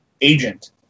agent